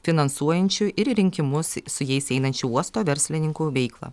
finansuojančių ir į rinkimus su jais einančių uosto verslininkų veiklą